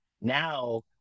now